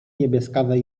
niebieskawe